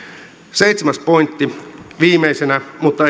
seitsemäs pointti viimeisenä mutta